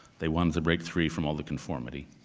they wanted to break free from all the conformity.